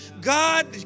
God